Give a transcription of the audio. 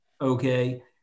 okay